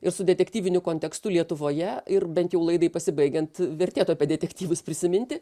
ir su detektyviniu kontekstu lietuvoje ir bent jau laidai pasibaigiant vertėtų apie detektyvus prisiminti